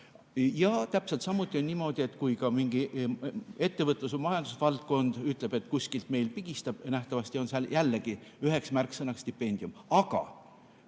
Ja täpselt samuti on niimoodi, et kui mingi ettevõtlus- või majandusvaldkond ütleb, et kuskilt meil pigistab, siis nähtavasti on seal jällegi üheks märksõnaks stipendium.